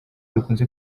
bikunze